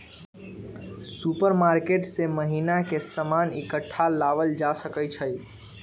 supermarket से महीना के सामान इकट्ठा लावल जा सका हई